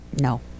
No